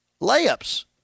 layups